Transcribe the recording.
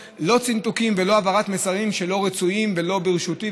צינתוקים ולא העברת מסרים שלא רצויים שלא ברשותי,